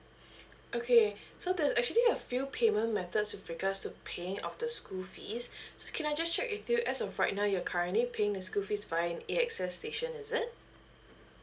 okay so there's actually a few payment methods with regards to paying off the school fees so can I just check with you as of right now you're currently paying the school fees via A_X_S station is it